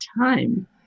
time